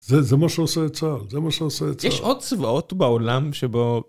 זה מה שעושה את צהר. זה מה שעושה את צהר. יש עוד צבאות בעולם שבו...